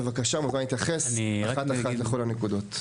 בבקשה מוזמן להתייחס אחת אחת לכל הנקודות.